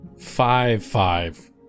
Five-Five